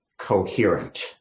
coherent